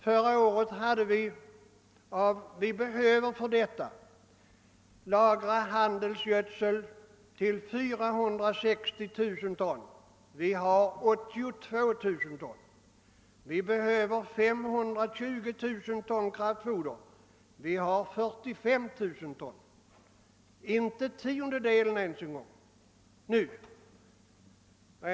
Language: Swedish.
För detta behöver vi lagra 460 000 ton handelsgödsel, vi hade 1969 82 000 ton. Vi behöver 520 000 ton kraftfoder och hade 45 000 ton, ailtså inte ens en tiondel.